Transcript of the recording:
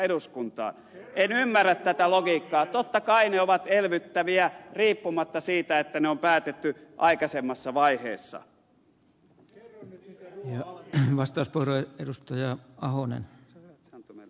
en ymmärrä tätä logiikkaa totta kai ne ovat elvyttäviä riippumatta siitä että ne on päätetty aikaisemmassa vaiheessa ja hän vastaa tuore edustaja ahonen ja anttonen